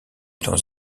dans